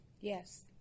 Yes